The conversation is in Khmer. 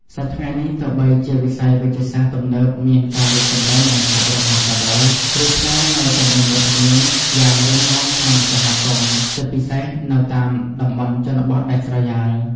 សព្វថ្ងៃនេះ ទោះបីជាវិស័យវេជ្ជសាស្ត្រទំនើបមានការរីកចម្រើនយ៉ាងឆាប់រហ័សក៏ដោយ គ្រូខ្មែរនៅតែមានវត្តមានយ៉ាងរឹងមាំក្នុងសហគមន៍ ជាពិសេសនៅតាមតំបន់ជនបទដាច់ស្រយាល។